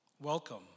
Welcome